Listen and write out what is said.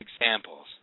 examples